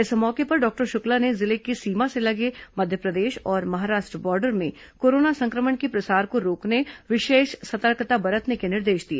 इस मौके पर डॉक्टर शुक्ला ने जिले की सीमा से लगे मध्यप्रदेश और महाराष्ट्र बॉर्डर में कोरोना सं क्र मण के प्रसार को रोकने विशेष सतर्कता बरतने के निर्देश दिए